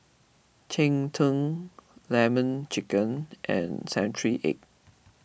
Cheng Tng Lemon Chicken and Century Egg